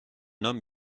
homme